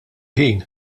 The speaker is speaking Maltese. ħin